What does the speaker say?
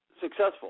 successful